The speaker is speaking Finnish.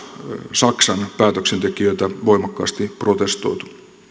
saksan päätöksentekijöitä voimakkaasti protestoitu